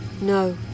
No